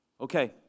okay